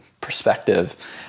perspective